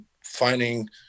finding